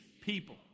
people